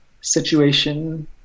situation